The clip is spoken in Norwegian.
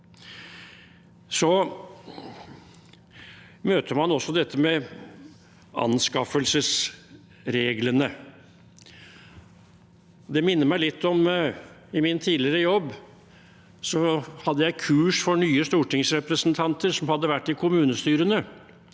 Man møter også dette med anskaffelsesreglene. Det minner meg litt om min tidligere jobb, da jeg hadde kurs for nye stortingsrepresentanter som hadde vært i kommunestyrene.